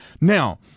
Now